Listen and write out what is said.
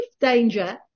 danger